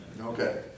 Okay